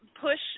push